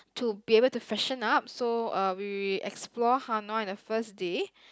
to be able to freshen up so uh we explore Hanoi the first day